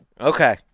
Okay